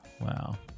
wow